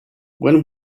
when